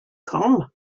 come